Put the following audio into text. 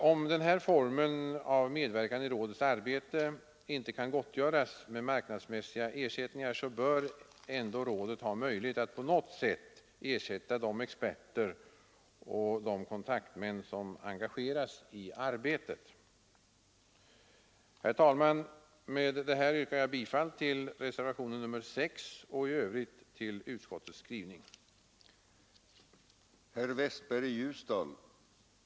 Om den här formen av medverkan i rådets arbete inte kan gottgöras med marknadsmässiga ersättningar, bör rådet ändå ha möjlighet att på något sätt ersätta de experter och kontaktmän som engageras i arbetet. Nr 75 Herr talman! Med detta yrkar jag bifall till reservationen 6 och i övrigt Onsdagen den till utskottets hemställan. 8 maj 1974